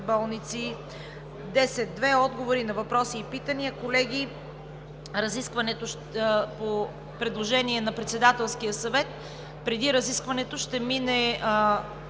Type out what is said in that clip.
болници; 10.2. Отговори на въпроси и питания.“ Колеги, по предложение на Председателския съвет преди разискването ще мине